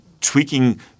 tweaking